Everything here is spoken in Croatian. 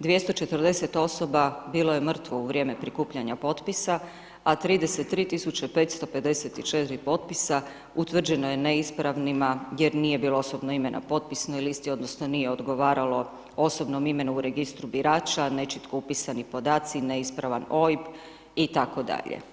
248 osoba bilo je mrtvo u vrijeme prikupljanja potpisa a 33 554 potpisa utvrđeno je neispravnima jer nije bilo osobnog imena na potpisnoj listi odnosno nije odgovaralo osobnom imenu u Registru birača, nečitko upisani podaci, neispravan OIB itd.